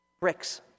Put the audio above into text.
bricks